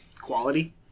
quality